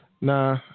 Nah